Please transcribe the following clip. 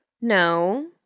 No